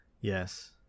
yes